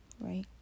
right